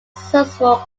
successful